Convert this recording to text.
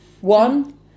One